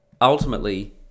ultimately